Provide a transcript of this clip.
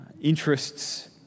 interests